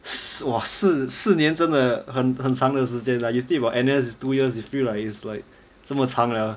!wah! 四四年真的很很长的时间 like you think about N_S it's two years you feel like it's like 这么长了